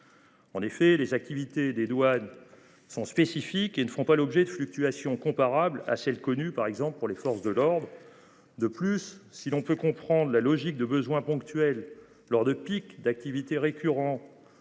En effet les activités des douanes sont spécifiques et ne font pas l'objet de fluctuations comparable à celle connue par exemple pour les forces de l'ordre. De plus si l'on peut comprendre la logique de besoins ponctuels lors de pics d'activité récurrent.